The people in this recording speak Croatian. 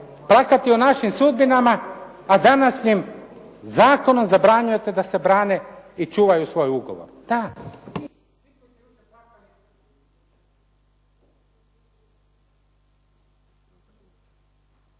plakati o našim sudbinama a današnjim zakonom zabranjujete da se brane i čuvaju svoj ugovor.